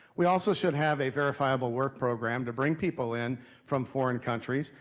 we also should have a verifiable work program to bring people in from foreign countries,